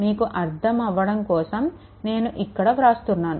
మీకు అర్థం అవ్వడం కోసం నేను ఇక్కడ వ్రాస్తున్నాను